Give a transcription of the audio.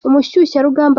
umushyushyarugamba